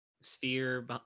sphere